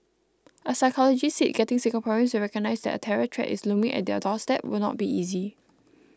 a psychologist said getting Singaporeans to recognise that a terror threat is looming at their doorstep will not be easy